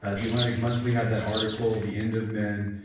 ah the atlantic monthly had that article the end of men,